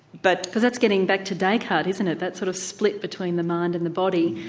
but cause that's getting back to descartes isn't it, that sort of split between the mind and the body,